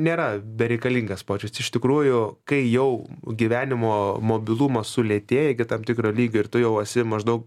nėra bereikalingas počius iš tikrųjų kai jau gyvenimo mobilumas sulėtėja iki tam tikro lygio ir tu jau esi maždaug